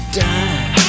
die